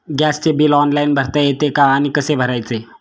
गॅसचे bill online भरता येते का आणि कसे भरायचे?